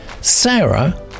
Sarah